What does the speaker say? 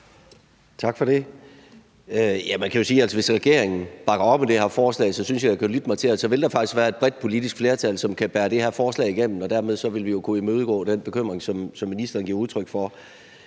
sige, at hvis regeringen bakker op om det her forslag, synes jeg, jeg kan lytte mig til, at der faktisk vil være et bredt politisk flertal, som kan bære det her forslag igennem, og dermed vil vi jo kunne imødegå den bekymring, som ministeren giver udtryk for.